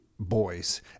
Boys